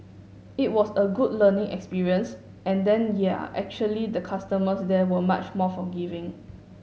it was a good learning experience and then yeah actually the customers there were much more forgiving